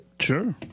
Sure